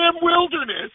wilderness